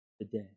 Today